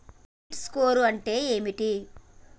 Credit score అంటే ఏమిటి?